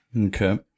Okay